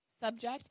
subject